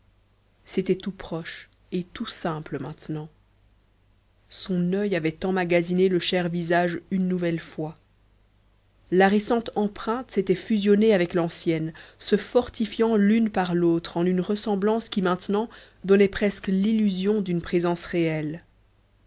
c'était tout proche et tout simple maintenant son oeil avait emmagasiné le cher visage une nouvelle fois la récente empreinte s'était fusionnée avec l'ancienne se fortifiant l'une par l'autre en une ressemblance qui maintenant donnait presque l'illusion d'une présence réelle